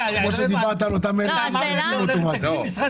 כפי שדיברת על אותם אלה שמתנגדים אוטומטית.